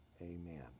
amen